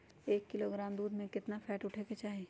एक किलोग्राम दूध में केतना फैट उठे के चाही?